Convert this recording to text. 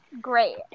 great